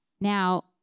Now